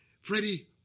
Freddie